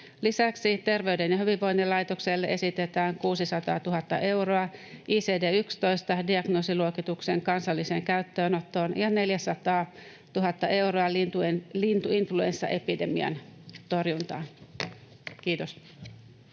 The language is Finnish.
Lisäksi Terveyden ja hyvinvoinnin laitokselle esitetään 600 000 euroa ICD-11-diagnoosiluokituksen kansalliseen käyttöönottoon ja 400 000 euroa lintuinfluenssaepidemian torjuntaan. — Kiitos.